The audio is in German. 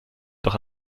doch